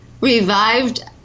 revived